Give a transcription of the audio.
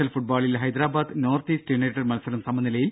L ഫുട്ബോളിൽ Hyderabad North East United മത്സരം സമനിലയിൽ